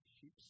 Sheep